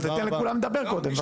אבל תיתן לכולם לדבר קודם.